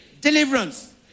deliverance